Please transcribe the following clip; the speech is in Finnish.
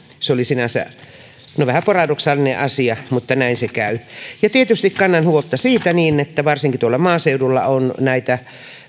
se oli sinänsä vähän paradoksaalinen asia mutta näin se käy ja tietysti kannan huolta siitä että varsinkin tuolla maaseudulla on näitä